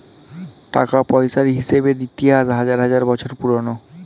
টাকা পয়সার হিসেবের ইতিহাস হাজার হাজার বছর পুরোনো